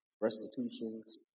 restitutions